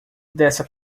dessa